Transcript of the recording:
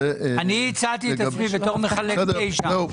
אני הצעתי את עצמי כמחלק תה שם.